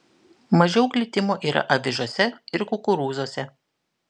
mažiau glitimo yra avižose ir kukurūzuose